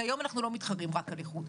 כי היום אנחנו לא מתחרים רק על איכות.